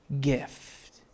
gift